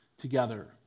together